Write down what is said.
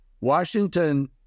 Washington